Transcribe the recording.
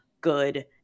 good